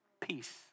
Peace